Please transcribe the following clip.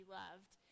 loved